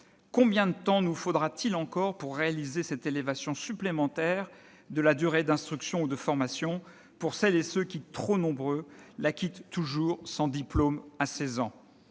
Combien de temps nous faudra-t-il encore pour réaliser cette élévation supplémentaire de la durée d'instruction ou de formation pour celles et ceux qui, trop nombreux, la quittent toujours, sans diplôme, à 16 ans ?